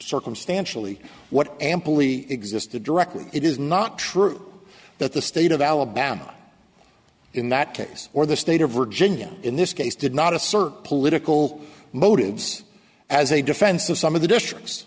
circumstantially what amply existed directly it is not true that the state of alabama in that case or the state of virginia in this case did not assert political motives as a defense of some of the districts